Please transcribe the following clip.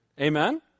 Amen